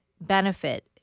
benefit